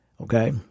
Okay